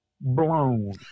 blown